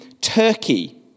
Turkey